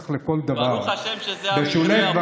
ברוך השם, נולד תינוק בריא